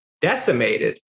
decimated